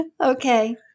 Okay